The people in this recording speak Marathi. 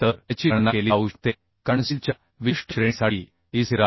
तर त्याची गणना केली जाऊ शकते कारण स्टीलच्या विशिष्ट श्रेणीसाठी eस्थिर आहे